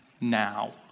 now